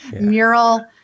mural